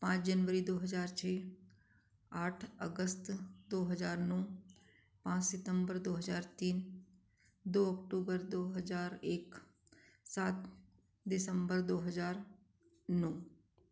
पाँच जनवरी दो हज़ार छः आठ अगस्त दो हज़ार नौ पाँच सितंबर दो हज़ार तीन दो अक्टूबर दो हज़ार एक सात दिसम्बर दो हज़ार नौ